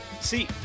see